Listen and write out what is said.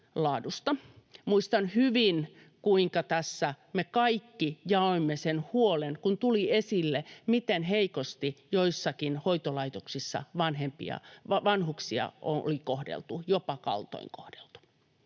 Muistan hyvin, kuinka tässä me kaikki jaoimme sen huolen, kun tuli esille, miten heikosti joissakin hoitolaitoksissa vanhuksia oli kohdeltu, jopa kaltoinkohdeltu,